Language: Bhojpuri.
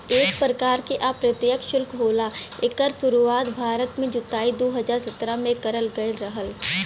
एक परकार के अप्रत्यछ सुल्क होला एकर सुरुवात भारत में जुलाई दू हज़ार सत्रह में करल गयल रहल